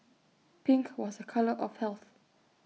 pink was A colour of health